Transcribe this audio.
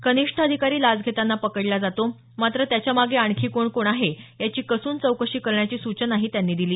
कनिष्ठ अधिकारी लाच घेताना पकडला जातो मात्र त्याच्यामागे आणखी कोण कोण आहे याची कसून चौकशी करण्याची सूचनाही त्यांनी दिली